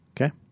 okay